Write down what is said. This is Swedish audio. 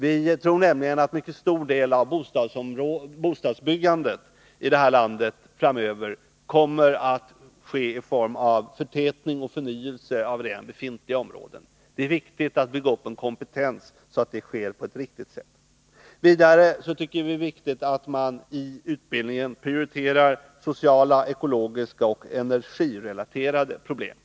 Vi tror nämligen att en mycket stor del av det framtida bostadsbyggandet i detta land kommer att ske i form av förtätning och förnyelse av redan befintliga områden. Det är viktigt att bygga upp en kompetens, så att detta sker på ett riktigt sätt. Det är enligt vår mening vidare angeläget att i utbildningen prioritera sociala, ekologiska och energirelaterade problem.